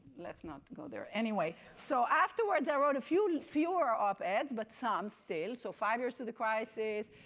let's not go there. anyway, so afterwards i wrote fewer fewer op-eds, but some still. so five years to the crisis,